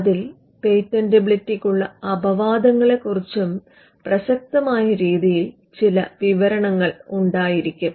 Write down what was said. അതിൽ പേറ്റന്റബിളിറ്റിക്കുള്ള അപവാദങ്ങളെക്കുറിച്ചും പ്രസക്തമായ രീതിയിൽ ചില വിവരങ്ങൾ ഉണ്ടായിരിക്കും